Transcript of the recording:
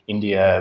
India